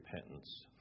repentance